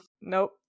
nope